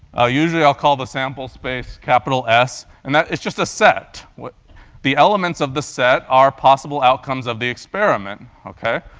usually i'll call the sample space capital s. and that it's just a set. the the elements of the set are possible outcomes of the experiment, ok?